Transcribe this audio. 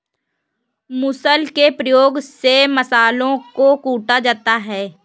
मुसल के प्रयोग से मसालों को कूटा जाता है